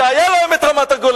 כשהיתה להם רמת-הגולן.